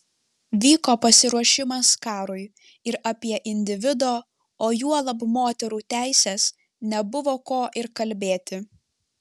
vyko pasiruošimas karui ir apie individo o juolab moterų teises nebuvo ko ir kalbėti